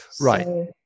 Right